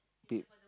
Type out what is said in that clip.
prep~